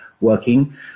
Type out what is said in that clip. working